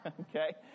Okay